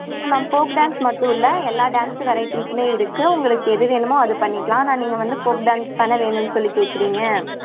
இங்கே folk dance மட்டும் இல்லை எல்லா டான்ஸு வெரைட்டிஸுமே இருக்கு உங்களுக்கு எது வேணுமோ அது பண்ணிக்கலாம் ஆனால் நீங்கள் வந்து ஃபோக் டான்ஸ் தானே வேணுன்னு சொல்லி கேக்குறீங்க